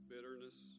Bitterness